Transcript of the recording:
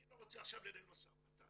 אני לא רוצה עכשיו לנהל משא ומתן,